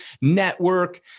network